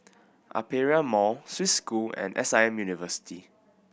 Aperia Mall Swiss School and S I M University